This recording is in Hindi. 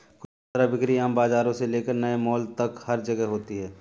खुदरा बिक्री आम बाजारों से लेकर नए मॉल तक हर जगह होती है